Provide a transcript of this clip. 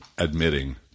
Admitting